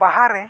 ᱵᱟᱦᱟᱨᱮ